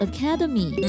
Academy 。